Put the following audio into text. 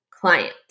client